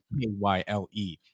K-Y-L-E